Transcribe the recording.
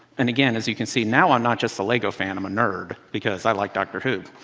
and again, as you can see, now i'm not just a lego fan, i'm a nerd because i like doctor who.